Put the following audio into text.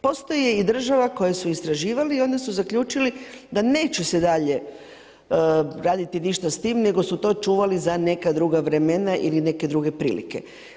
Postoje i države koje su istraživali i onda su zaključili da neće se dalje raditi ništa s tim nego su to čuvali za neka druga vremena ili neke druge prilike.